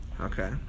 Okay